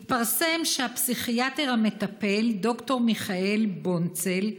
התפרסם שהפסיכיאטר המטפל, ד"ר מיכאל בונצל,